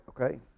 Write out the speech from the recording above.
okay